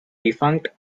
defunct